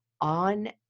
on